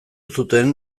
zuten